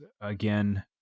again